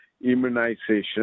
immunization